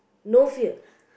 no fear